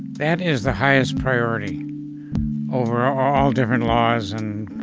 that is the highest priority over all different laws and